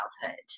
childhood